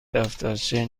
دفترچه